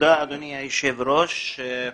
תודה אדוני היושב ראש.